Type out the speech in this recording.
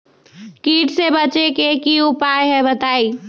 कीट से बचे के की उपाय हैं बताई?